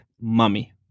mummy